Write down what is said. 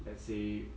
let's say